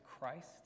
Christ